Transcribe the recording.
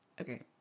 Okay